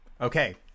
okay